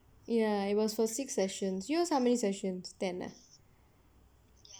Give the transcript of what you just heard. ya it was for six sessions yours how many sessions ten ah